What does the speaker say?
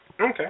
Okay